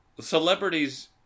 celebrities